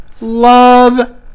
Love